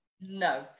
No